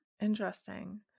Interesting